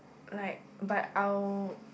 like but I will